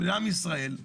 לעם ישראל,